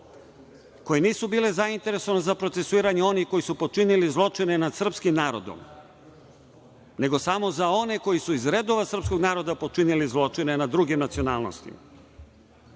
koje nisu bile zainteresovane za procesuiranje onih koji su počinili zločine nad srpskim narodom, nego samo za one koji su iz redova srpskog naroda počinili zločine nad drugim nacionalnostima.